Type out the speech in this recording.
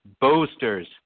boasters